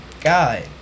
god